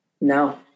No